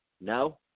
No